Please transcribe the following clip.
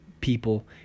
people